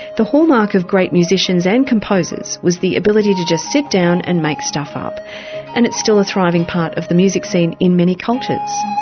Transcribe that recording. the hallmark of great musicians and composers was the ability to just sit down and make stuff up and it's still a thriving part of the music scene in many cultures.